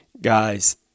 guys